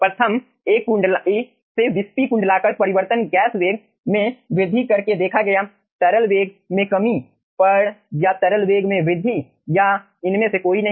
प्रथम एक कुंडली से विस्पी कुंडलाकार परिवर्तन गैस वेग में वृद्धि करके देखा गया तरल वेग में कमी पर या तरल वेग में वृद्धि या इनमें से कोई नहीं